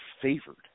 favored